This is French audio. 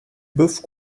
boeuf